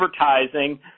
advertising